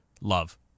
love